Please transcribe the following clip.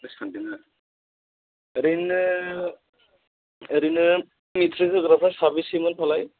सानदों आरो ओरैनो ओरैनो मेट्रिक होग्राफ्रा साबेसेमोन फालाय